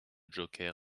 joker